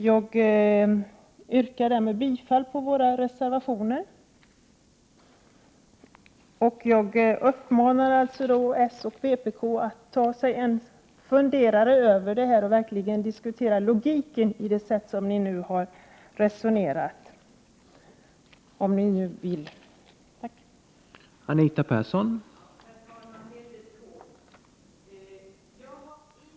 Jag uppmanar således socialdemokraterna och vpk att ta sig en funderare på det här och verkligen diskutera logiken i det sätt som vi nu har resonerat på. Herr talman! Härmed yrkar jag bifall till våra reservationer.